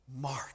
Mark